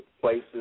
places